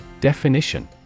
Definition